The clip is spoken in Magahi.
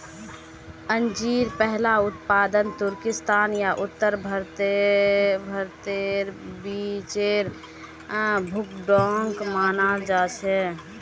अंजीर पहला उत्पादन तुर्किस्तान या उत्तर भारतेर बीचेर भूखंडोक मानाल जाहा